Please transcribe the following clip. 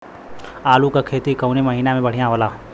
आलू क खेती कवने महीना में बढ़ियां होला?